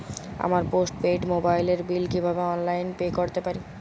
আমার postpaid মোবাইলের bill কীভাবে অনলাইনে পে করতে পারি?